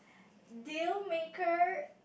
deal maker